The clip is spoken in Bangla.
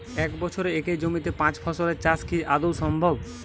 এক বছরে একই জমিতে পাঁচ ফসলের চাষ কি আদৌ সম্ভব?